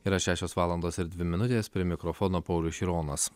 yra šešios valandos ir dvi minutės prie mikrofono paulius šironas